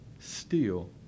Steel